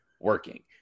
working